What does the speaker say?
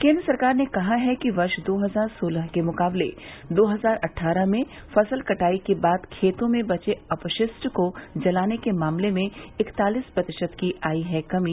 केन्द्र सरकार ने कहा है कि वर्ष दो हजार सोलह के मुकाबले दो हजार अट्ठारह में फसल कटाई के बाद खेतों में बचे अपशिष्ट को जलाने के मामलों में इकतालिस प्रतिशत की आई है कमी